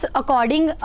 according